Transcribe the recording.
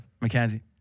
Mackenzie